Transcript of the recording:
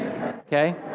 Okay